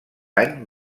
any